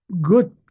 good